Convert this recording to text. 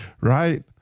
right